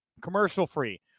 Commercial-free